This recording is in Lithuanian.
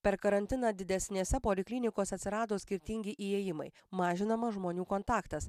per karantiną didesnėse poliklinikose atsirado skirtingi įėjimai mažinamas žmonių kontaktas